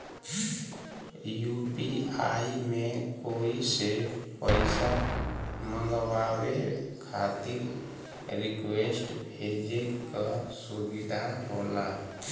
UPI में कोई से पइसा मंगवाये खातिर रिक्वेस्ट भेजे क सुविधा होला